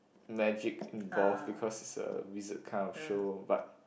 magic birth because it's a wizard kind of show but